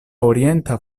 orienta